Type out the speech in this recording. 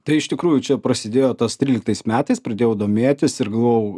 tai iš tikrųjų čia prasidėjo tas tryliktais metais pradėjau domėtis ir galvojau